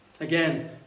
Again